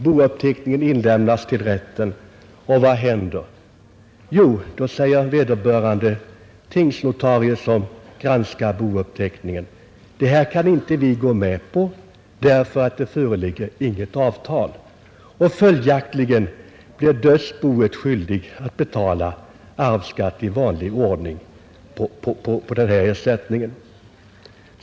Bouppteckningen inlämnas därpå till rätten, och vad händer? Jo, då säger vederbörande tingsnotarie, som granskat bouppteckningen: Detta kan vi inte gå med på, ty det föreligger inget avtal. Följaktligen blir dödsboet tvingat betala arvskatt på vårdnadsersättningen.